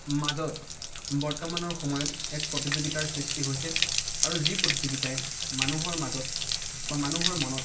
মাজত বৰ্তমানৰ সময়ত এক প্ৰতিযোগিতাৰ সৃষ্টি হৈছে আৰু যি প্ৰতিযোগিতাই মানুহৰ মাজত বা মানুহৰ মনত